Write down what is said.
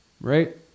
right